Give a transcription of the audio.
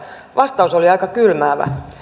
vastaus oli aika kylmäävä